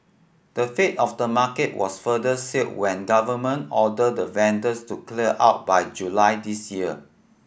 the fate of the market was further sealed when government ordered the vendors to clear out by July this year